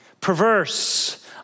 perverse